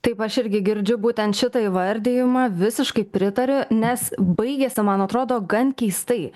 taip aš irgi girdžiu būtent šitą įvardijimą visiškai pritariu nes baigėsi man atrodo gan keistai